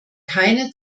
keine